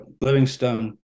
Livingstone